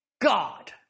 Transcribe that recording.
God